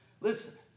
Listen